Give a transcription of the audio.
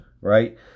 right